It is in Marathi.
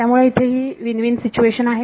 त्यामुळे इथे ही विन विन सिच्युएशन आहे